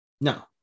no